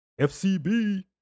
FCB